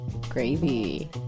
Gravy